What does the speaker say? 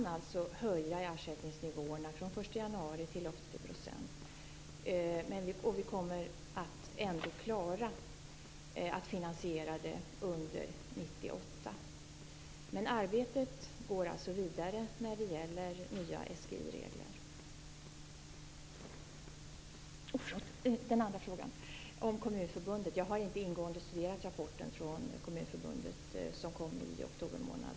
Nivåerna kan höjas till 80 % från den 1 januari, och vi kommer att klara finansieringen under 1998. Arbetet går vidare i fråga om nya SGI-regler. Sedan var det den andra frågan om Kommunförbundet. Jag har inte ingående studerat rapporten från Kommunförbundet som kom i oktober månad.